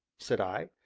said i.